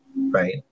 right